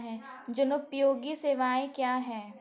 जनोपयोगी सेवाएँ क्या हैं?